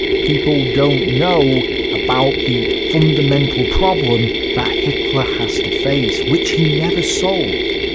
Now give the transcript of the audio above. people don't know about the fundamental problem that hitler has to face, which he never solved,